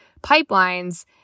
pipelines